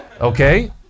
Okay